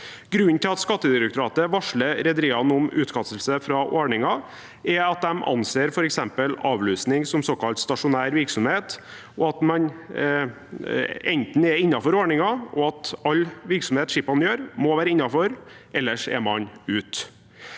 Grunnen til at Skattedirektoratet varsler rederiene om utkastelse fra ordningen, er at de anser f.eks. avlusing som såkalt stasjonær virksomhet. Enten er man innenfor ordningen – og all virksomhet skipene gjør, må være innenfor – ellers er man ute.